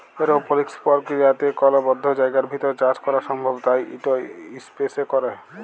এরওপলিক্স পর্কিরিয়াতে কল বদ্ধ জায়গার ভিতর চাষ ক্যরা সম্ভব তাই ইট ইসপেসে ক্যরে